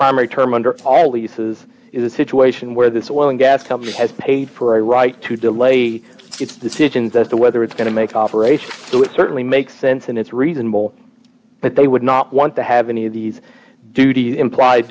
primary term under all leases is a situation where this oil and gas company has paid for a right to delay its decisions as to whether it's going to make operation so it certainly makes sense and it's reasonable that they would not want to have any of these duty implied